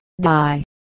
die